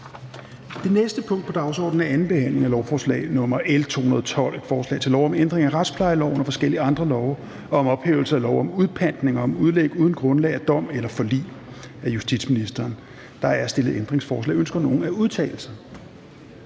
Det næste punkt på dagsordenen er: 45) 2. behandling af lovforslag nr. L 212: Forslag til lov om ændring af retsplejeloven og forskellige andre love og om ophævelse af lov om udpantning og om udlæg uden grundlag af dom eller forlig. (Effektivisering af straffesagskæden, digital